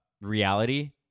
reality